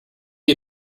you